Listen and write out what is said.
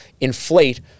inflate